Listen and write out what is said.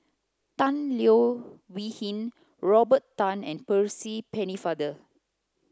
Tan Leo Wee Hin Robert Tan and Percy Pennefather